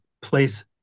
place